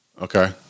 Okay